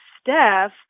Steph